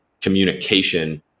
communication